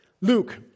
Luke